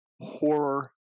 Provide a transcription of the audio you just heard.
horror